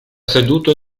seduto